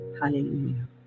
Hallelujah